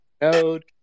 node